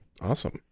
Awesome